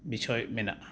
ᱵᱤᱥᱚᱭ ᱢᱮᱱᱟᱜᱼᱟ